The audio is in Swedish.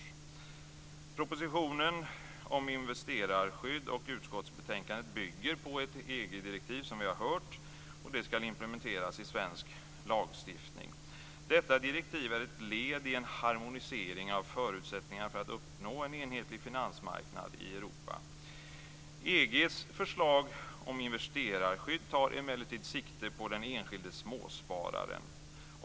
Propositionen om investerarskydd och utskottsbetänkandet bygger, som vi har hört, på ett EG direktiv som skall implementeras i svensk lagstiftning. Detta direktiv är ett led i en harmonisering av förutsättningar för att uppnå en enhetlig finansmarknad i Europa. EG:s förslag om investerarskydd tar emellertid sikte på den enskilde småspararen.